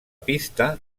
pista